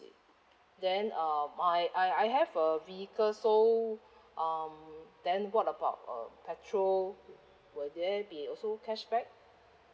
then um I I I have a vehicle so um then what about uh petrol will there be also cashback